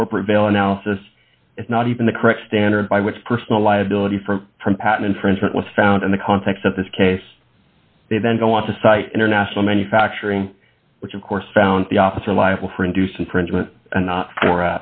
the corporate veil analysis is not even the correct standard by which personal liability for patent infringement was found in the context of this case they then go on to cite international manufacturing which of course found the officer liable for induced infringement and not for